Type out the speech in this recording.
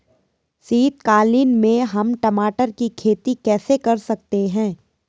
शीतकालीन में हम टमाटर की खेती कैसे कर सकते हैं?